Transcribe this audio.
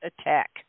attack